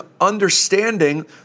understanding